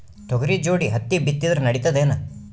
ತೊಗರಿ ಜೋಡಿ ಹತ್ತಿ ಬಿತ್ತಿದ್ರ ನಡಿತದೇನು?